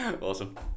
awesome